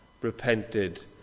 repented